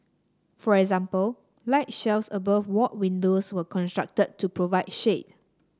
for example light shelves above ward windows were constructed to provide shade